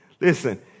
Listen